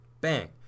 Bang